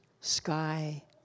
sky